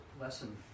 lesson